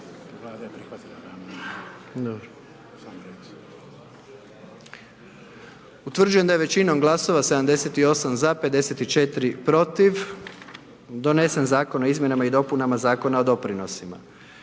Utvrđujem da je većinom glasova 81 za i 19 glasova protiv donesen Zakon o izmjenama i dopunama Zakona o zakupu i